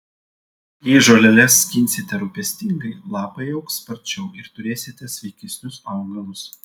jei žoleles skinsite rūpestingai lapai augs sparčiau ir turėsite sveikesnius augalus